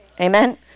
Amen